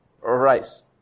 rice